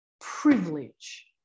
privilege